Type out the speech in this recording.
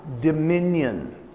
dominion